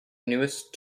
newest